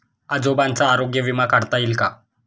आजोबांचा आरोग्य विमा काढता येईल का?